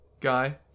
guy